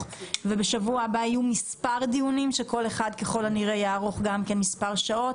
ונקיים מספר דיונים כאשר כל אחד מהם ככל הנראה יתקיים במשך מספר שעות